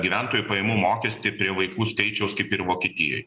gyventojų pajamų mokestį prie vaikų skaičiaus kaip ir vokietijoj